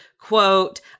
quote